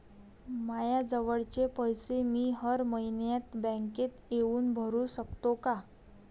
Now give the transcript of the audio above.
मायाजवळचे पैसे मी हर मइन्यात बँकेत येऊन भरू सकतो का?